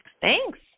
thanks